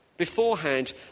beforehand